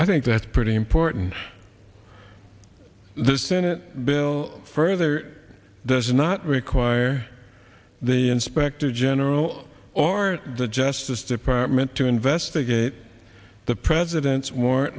i think that pretty important the senate bill further does not require the inspector general or the justice department to investigate the president's